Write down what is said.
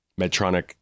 Medtronic